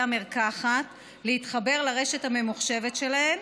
המרקחת להתחבר לרשת הממוחשבת שלהן.